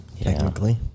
Technically